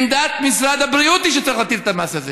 עמדת משרד הבריאות היא שצריך להטיל את המס הזה.